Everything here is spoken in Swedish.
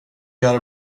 göra